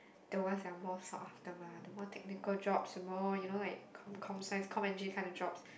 the ones that are more sought after mah the more technical jobs the more you know like com com science com engineer kind of jobs